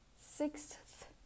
sixth